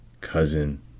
cousin